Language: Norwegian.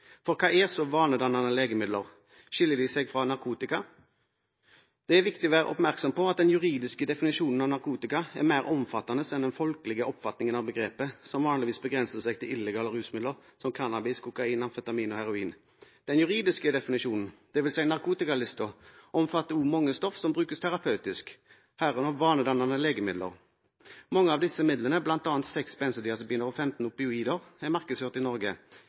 for hva er vanedannende legemidler? Skiller de seg fra narkotika? Det er viktig å være oppmerksom på at den juridiske definisjonen av narkotika er mer omfattende enn den «folkelige» oppfatningen av begrepet, som vanligvis begrenser seg til illegale rusmidler som cannabis, kokain, amfetamin og heroin. Den juridiske definisjonen – dvs. narkotikalisten – omfatter også mange stoffer som brukes terapeutisk, herunder vanedannende legemidler. Mange av disse midlene, bl.a. seks benzodiazepiner og 15 opioider, er markedsført i Norge.